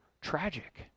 tragic